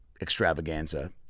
extravaganza